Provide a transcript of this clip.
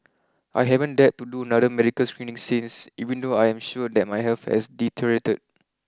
I haven't dared to do another medical screening since even though I am sure that my health has deteriorated